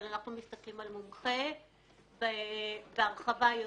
אבל אנחנו מסתכלים על מומחה בהרחבה יותר.